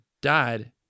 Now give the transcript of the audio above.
died